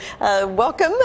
welcome